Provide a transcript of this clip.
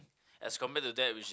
as compared to that which